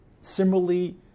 similarly